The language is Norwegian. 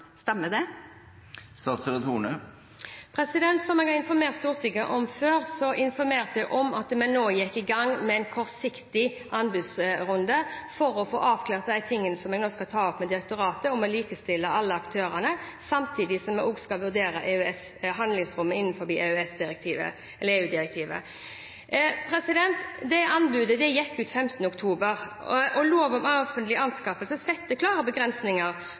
Jeg har informert Stortinget før om at vi skulle gå i gang med en kortsiktig anbudsrunde for å få avklart det som vi nå skal ta opp med direktoratet om å likestille alle aktørene, samtidig som vi også skal vurdere handlingsrommet innenfor EU-direktivet. Det anbudet gikk ut 15. oktober, og lov om offentlige anskaffelser setter klare begrensninger